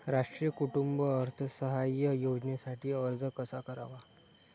राष्ट्रीय कुटुंब अर्थसहाय्य योजनेसाठी अर्ज कसा करावा?